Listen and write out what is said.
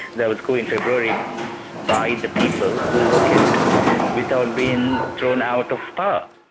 there was coup in february by the people who were kept without being thrown out of but